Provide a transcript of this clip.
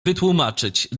wytłumaczyć